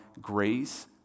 grace